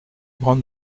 grandes